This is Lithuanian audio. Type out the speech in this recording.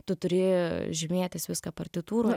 tu turi žymėtis viską partitūroj